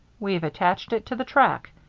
we've attached it to the track